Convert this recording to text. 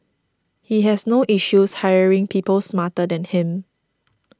he has no issues hiring people smarter than him